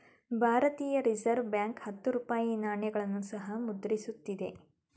ಭಾರತೀಯ reserve bank ಹತ್ತು ರೂಪಾಯಿ ನಾಣ್ಯಗಳನ್ನು ಸಹ ಮುದ್ರಿಸುತ್ತಿದೆ